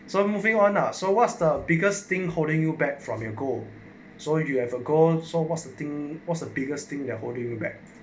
so moving on ah so what's the biggest thing holding you back from your goal so if you have a gold so what's the thing what's the biggest thing they're holding back